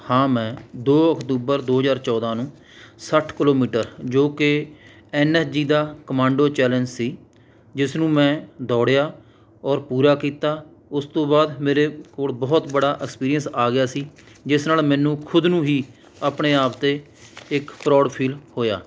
ਹਾਂ ਮੈਂ ਦੋ ਅਕਤੂਬਰ ਦੋ ਹਜ਼ਾਰ ਚੌਦਾਂ ਨੂੰ ਸੱਠ ਕਿੱਲੋਮੀਟਰ ਜੋ ਕਿ ਐੱਨ ਐੱਸ ਜੀ ਦਾ ਕਮਾਂਡੋ ਚੈਲੇਂਜ ਸੀ ਜਿਸਨੂੰ ਮੈਂ ਦੋੜਿਆ ਔਰ ਪੂਰਾ ਕੀਤਾ ਉਸ ਤੋਂ ਬਾਅਦ ਮੇਰੇ ਕੋਲ ਬਹੁਤ ਬੜਾ ਐਕਸਪੀਰੀਐਂਸ ਆ ਗਿਆ ਸੀ ਜਿਸ ਨਾਲ ਮੈਨੂੰ ਖ਼ੁਦ ਨੂੰ ਹੀ ਆਪਣੇ ਆਪ 'ਤੇ ਇੱਕ ਪਰਾਉਡ ਫੀਲ ਹੋਇਆ